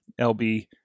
lb